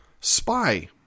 spy